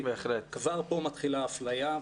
כבר פה מתחילה האפליה,